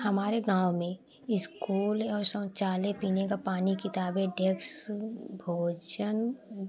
हमारे गाँव में स्कूल एवं शौचालय पीने का पानी किताबें डेस्क भोजन